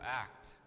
act